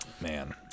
man